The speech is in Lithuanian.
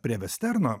prie vesterno